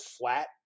flat